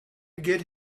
get